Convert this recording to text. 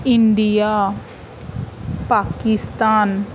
India Pakistan